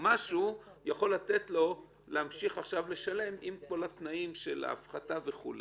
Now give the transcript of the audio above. הוא יכול לתת לו עכשיו להמשיך לשלם עם התנאים של ההפחתה וכו'.